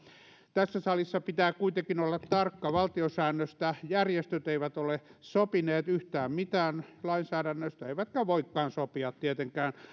tässä salissa pitää kuitenkin olla tarkka valtiosäännöstä järjestöt eivät ole sopineet yhtään mitään lainsäädännöstä eivätkä voikaan sopia tietenkään